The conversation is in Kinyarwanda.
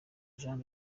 jean